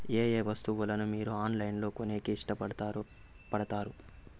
ఏయే వస్తువులను మీరు ఆన్లైన్ లో కొనేకి ఇష్టపడుతారు పడుతారు?